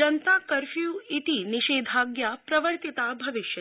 जनता curfew इति निषेधाज्ञा प्रवर्तिता भविष्यति